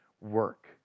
work